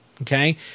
Okay